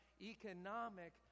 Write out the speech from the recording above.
economic